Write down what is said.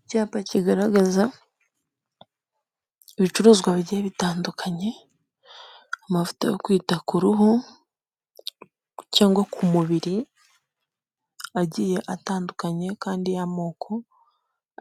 Icyapa kigaragaza ibicuruzwa bigiye bitandukanye amavuta yo kwita ku ruhu cyangwa ku mubiri agiye atandukanye kandi y'amoko